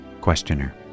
Questioner